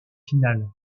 finale